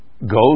Go